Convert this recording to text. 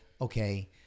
okay